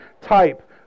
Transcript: type